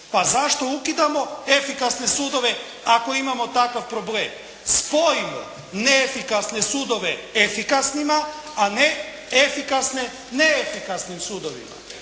Pa zašto ukidamo efikasne sudove ako imamo takav problem? Spojimo neefikasne sudove efikasnima, a neefikasne neefikasnim sudovima.